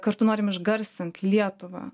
kartu norim išgarsint lietuvą